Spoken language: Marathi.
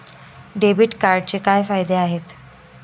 डेबिट कार्डचे काय फायदे आहेत?